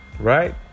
Right